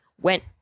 went